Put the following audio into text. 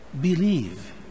believe